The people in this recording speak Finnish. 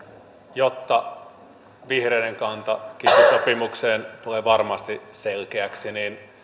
jotta vihreiden kanta kiky sopimukseen tulee varmasti selkeäksi niin